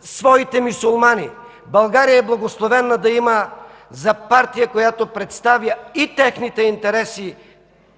своите мюсюлмани. България е благословена да има за партия, която представя и техните интереси,